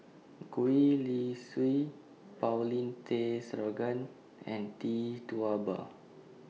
Gwee Li Sui Paulin Tay Straughan and Tee Tua Ba